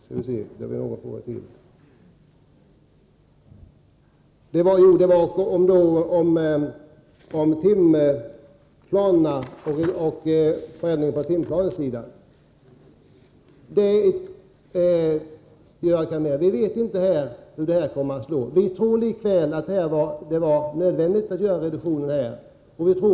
Förändringarna på timplanesidan togs också upp. Vi vet inte hur det här kommer att slå, Göran Allmér, men vi tror likväl att det var nödvändigt att göra dessa justeringar.